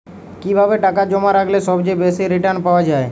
কিভাবে টাকা জমা রাখলে সবচেয়ে বেশি রির্টান পাওয়া য়ায়?